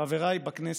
חבריי בכנסת,